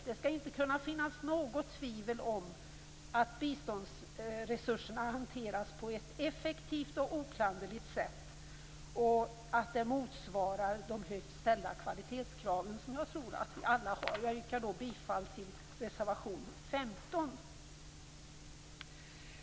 Det skall inte kunna råda något tvivel om att biståndsresurserna hanteras på ett effektivt och oklanderligt sätt och att de motsvarar de högt ställda kvalitetskrav som jag tror att vi alla har. Jag yrkar bifall till reservation 15.